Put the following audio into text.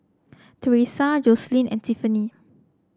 Teresa Joseline and Tiffany